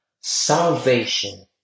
Salvation